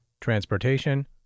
transportation